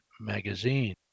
Magazine